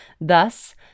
Thus